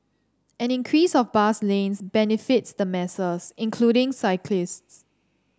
an increase of bus lanes benefits the masses including cyclists